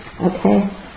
Okay